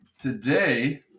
today